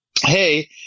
hey